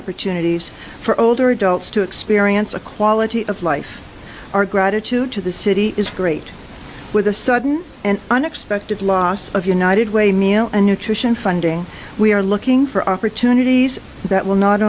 opportunities for older adults to experience a quality of life our gratitude to the city is great with the sudden and unexpected loss of united way and nutrition funding we are looking for opportunities that will not